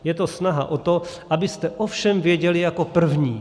Je to snaha o to, abyste o všem věděli jako první.